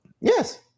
Yes